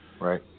Right